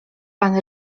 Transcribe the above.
pan